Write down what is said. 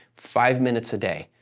five minutes a day.